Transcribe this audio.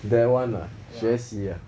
that one ah 学习 ah